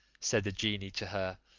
said the genie to her,